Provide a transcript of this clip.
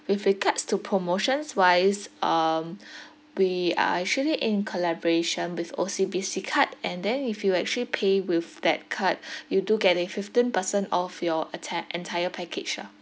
with regards to promotions wise um we are actually in collaboration with O_C_B_C card and then if you actually pay with that card you do get a fifteen percent off your enti~ entire package ah